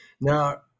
now